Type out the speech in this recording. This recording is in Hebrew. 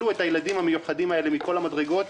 את הילדים המיוחדים האלה מכל המדרגות.